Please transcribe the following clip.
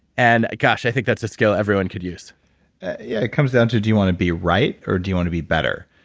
and gosh, i think that's a skill everyone could use yeah, it comes down to, do you want to be right? or do you want to be better?